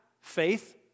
Faith